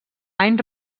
any